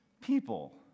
people